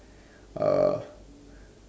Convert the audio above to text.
uh